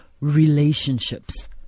relationships